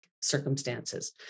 circumstances